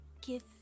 give